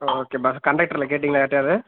okay bus கண்டக்டரில் கேட்டீங்களா யார்டையாவது